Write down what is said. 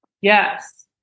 Yes